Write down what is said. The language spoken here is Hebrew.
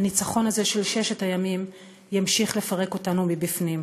הניצחון הזה של ששת הימים ימשיך לפרק אותנו מבפנים.